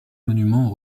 monuments